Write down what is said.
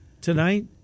tonight